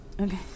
Okay